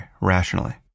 rationally